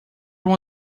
uma